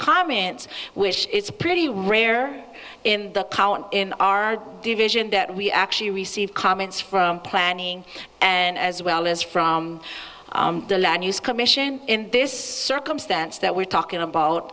comments which it's pretty rare in the column in our division that we actually receive comments from planning and as well as from the land use commission in this circumstance that we're talking about